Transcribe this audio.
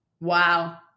Wow